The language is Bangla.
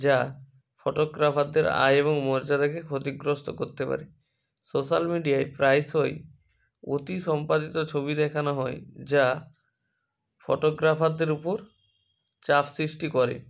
যা ফটোগ্রাফারদের আয় এবং মর্যাদাকে ক্ষতিগ্রস্থ করতে পারে সোশ্যাল মিডিয়ায় প্রায়শই অতি সম্পাদিত ছবি দেখানো হয় যা ফটোগ্রাফারদের উপর চাপ সৃষ্টি করে